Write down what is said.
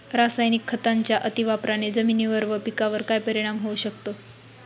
रासायनिक खतांच्या अतिवापराने जमिनीवर व पिकावर काय परिणाम होऊ शकतो?